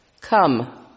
come